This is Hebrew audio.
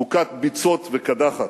מוכת ביצות וקדחת.